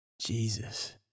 Jesus